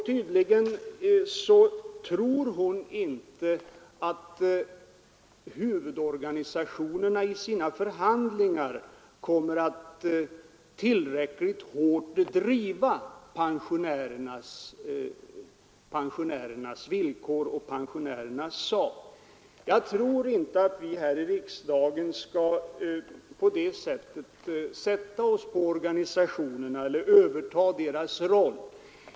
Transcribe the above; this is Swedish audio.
Tydligen tror hon inte att huvudorganisationerna i sina förhandlingar kommer att driva pensionärernas villkor och pensionärer nas sak tillräckligt hårt. Jag tror inte att vi här i riksdagen skall på det — Nr 149 viset sätta oss på organisationerna eller överta deras roll.